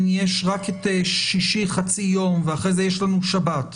יש רק את שישי חצי יום ואחרי זה יש לנו שבת.